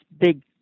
big